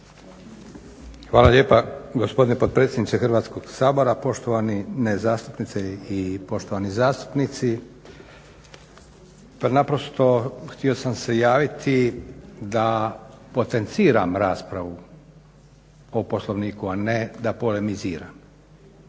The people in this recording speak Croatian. Hvala lijepa gospodine potpredsjedniče Hrvatskoga sabora. Poštovani zastupnice i zastupnici. Pa naprosto htio sam se javiti da potenciram raspravu o Poslovniku, a ne da polemiziram.